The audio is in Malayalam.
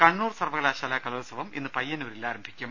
കണ്ണൂർ സർവ്വകലാശാല കലോത്സവം ഇന്ന് പയ്യന്നൂരിൽ ആരംഭിക്കും